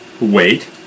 Wait